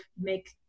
make